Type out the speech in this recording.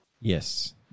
Yes